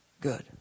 good